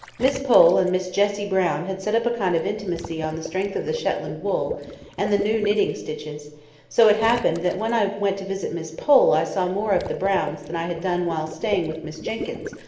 miss pole and miss jessie brown had set up a kind of intimacy on the strength of the shetland wool and the new knitting stitches so it happened that when i went to visit miss pole i saw more of the browns than i had done while staying with miss jenkyns,